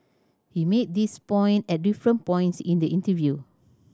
he made this point at different points in the interview